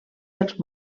dels